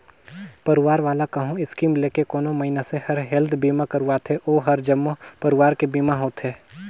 परवार वाला कहो स्कीम लेके कोनो मइनसे हर हेल्थ बीमा करवाथें ओ हर जम्मो परवार के बीमा होथे